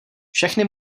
všechny